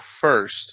first